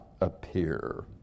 appear